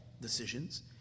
decisions